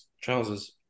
Trousers